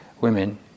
women